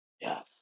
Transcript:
Yes